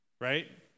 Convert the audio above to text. right